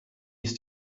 ist